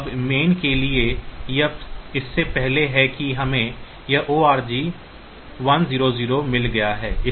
अब मेन के लिए यह इससे पहले है कि हमें यह org 100 मिल गया है